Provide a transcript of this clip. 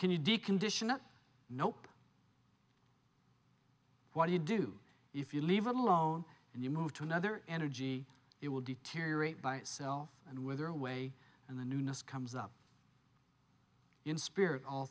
can you deconditioned nope what do you do if you leave it alone and you move to another energy it will deteriorate by itself and weather away and the newness comes up in spirit all